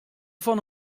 fan